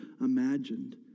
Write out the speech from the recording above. imagined